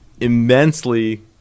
immensely